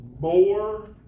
More